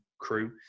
crew